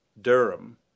Durham